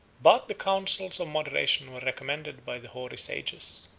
but the counsels of moderation were recommended by the hoary sages.